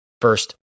first